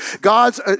God's